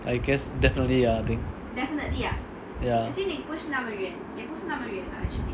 I guess definitely ah I think ya